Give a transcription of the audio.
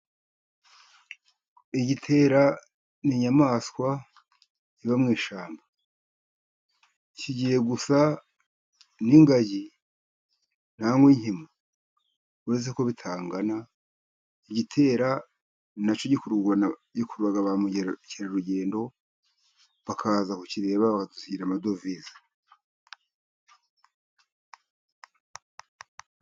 Igitera n'inyamaswa iba mu ishyamba . Kigiye gusa n'ingagi cyangwa inkima uretse ko bitangana .Igitera na cyo gikurura ba mukerarugendo bakaza kukireba, bakadusigira amadovize.